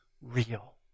real